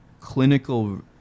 clinical